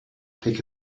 take